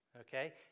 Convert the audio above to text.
okay